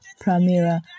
Primera